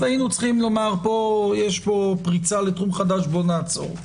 היינו צריכים לומר: יש פה פריצה לתחום חדש בוא נעצור.